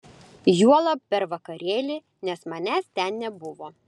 juolab per vakarėlį nes manęs ten nebuvo